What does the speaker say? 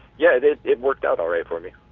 yeah it it it worked out alright for me